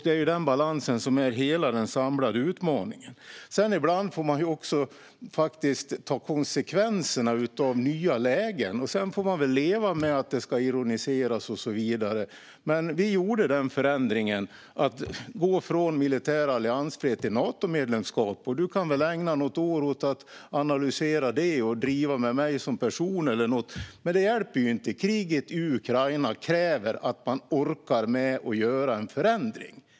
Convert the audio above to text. Det är denna balans som är hela den samlade utmaningen. Ibland får man ta konsekvenserna av nya lägen, och sedan får man väl leva med att det ska ironiseras och så vidare. Vi gjorde förändringen att gå från militär alliansfrihet till Natomedlemskap. Du kan väl ägna något år åt att analysera det, Håkan Svenneling, och att driva med mig som person. Men det hjälper inte. Kriget i Ukraina kräver att man orkar med att göra en förändring.